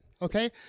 Okay